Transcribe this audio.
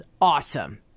awesome